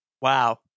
Wow